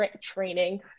training